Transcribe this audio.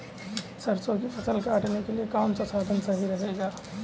सरसो की फसल काटने के लिए कौन सा साधन सही रहेगा?